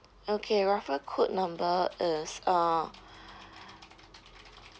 okay referral code number is uh